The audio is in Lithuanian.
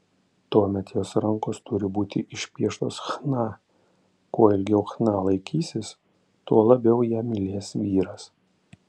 tuomet jos rankos turi būti išpieštos chna kuo ilgiau chna laikysis tuo labiau ją mylės vyras